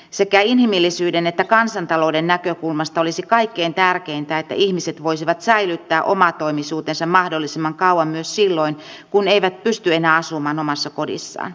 sekä inhimillisyyden että kansantalouden näkökulmasta olisi kaikkein tärkeintä että ihmiset voisivat säilyttää omatoimisuutensa mahdollisimman kauan myös silloin kun eivät pysty enää asumaan omassa kodissaan